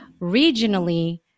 regionally